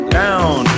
down